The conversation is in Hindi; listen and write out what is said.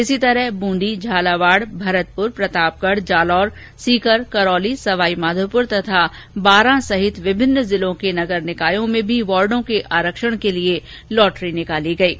इसी तरह बूँदी झालावाड़ भरतपुर प्रतापगढ़ जालौर सीकर करौली सवाईमाधोपुर तथा बारां सहित विभिन्न जिलों के नगर निकायों में भी वार्डो के आरक्षण के लिए लॉटरी निकाली गई े